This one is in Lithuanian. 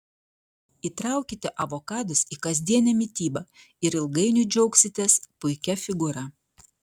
įtraukite avokadus į kasdienę mitybą ir ilgainiui džiaugsitės puikia figūra